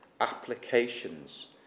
applications